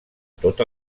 tot